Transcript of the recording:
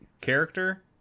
Character